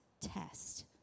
test